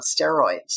steroids